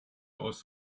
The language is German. aus